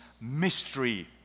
mystery